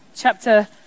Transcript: Chapter